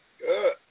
good